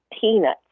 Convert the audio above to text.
peanuts